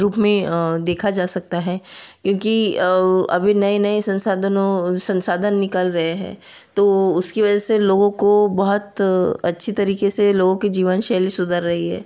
रूप में देखा जा सकता है क्योंकि अभी नए नए संसाधनों संसाधन निकल रहे हैं तो उसके वजह से लोगों को बहुत अच्छी तरीक़े से लोगों की जीवन शैली सुधर रही है